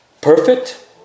perfect